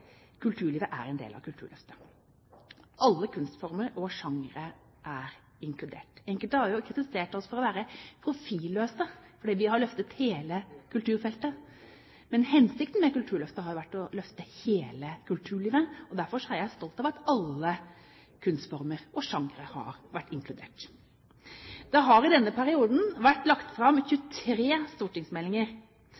inkludert. Enkelte har kritisert oss for å være profilløse fordi vi har løftet hele kulturfeltet – men hensikten med Kulturløftet har vært å løfte hele kulturlivet. Derfor er jeg stolt over at alle kunstformer og genrer har vært inkludert. Det har i denne perioden vært lagt fram